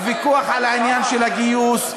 הוויכוח על העניין של הגיוס,